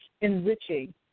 enriching